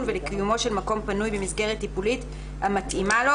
ולקיומו של מקום פנוי במסגרת טיפולית המתאימה לו",